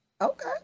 Okay